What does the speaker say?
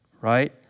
right